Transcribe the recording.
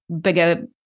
bigger